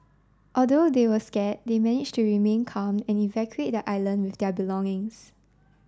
although they were scared they managed to remain calm and evacuate the island with their belongings